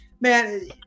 Man